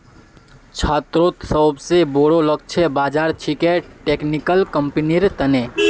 छात्रोंत सोबसे बोरो लक्ष्य बाज़ार छिके टेक्निकल कंपनिर तने